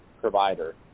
provider